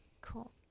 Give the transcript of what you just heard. Cool